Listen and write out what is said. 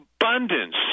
abundance